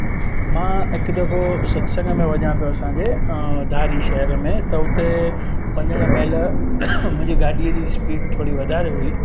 मां हिकु दफ़ो सत्संग में वञा पियो असांजे धारी शहिर में त उते वञणु महिल मुंहिंजी गाॾीअ जी स्पीड थोरी वधारे हुई